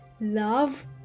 love